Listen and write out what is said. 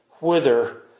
whither